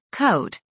coat